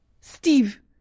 Steve